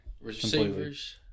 Receivers